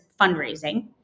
fundraising